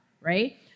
right